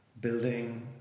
building